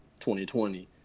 2020